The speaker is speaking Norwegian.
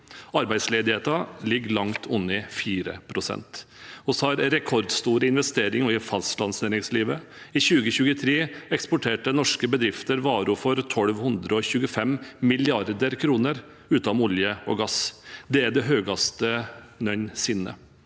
Arbeidsledigheten ligger langt under 4 pst. Vi har rekordstore investeringer i fastlandsnæringslivet. I 2023 eksporterte norske bedrifter varer for 1 225 mrd. kr utenom olje og gass. Det er det høyeste nivået